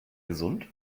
gesund